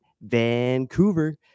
Vancouver